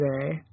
today